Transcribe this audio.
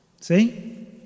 See